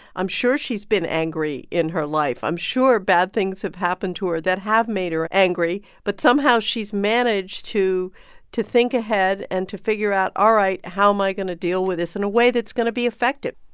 i'm sure she's been angry in her life. i'm sure bad things have happened to her that have made her angry. but somehow, she's managed to to think ahead and to figure out, all right, how am i going to deal with this in a way that's going to be effective?